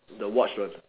the watch ones